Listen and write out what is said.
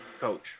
coach